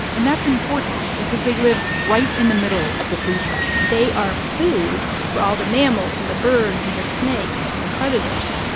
and that's important because they live right in the middle of the food web they are food for all the mammals and the birds and the snakes and the predators.